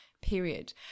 period